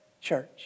church